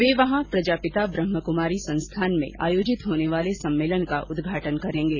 वे वहां प्रजापिता ब्रम्हकुमारी संस्थान में आयोजित होने वाले सम्मेलन का उद्घाटन करेंगे